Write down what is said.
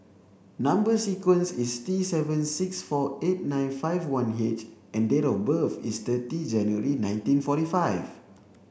number sequence is T seven six four eight nine five one H and date of birth is thirty January nineteen forty five